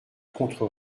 contre